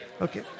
Okay